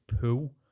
pool